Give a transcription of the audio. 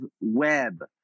web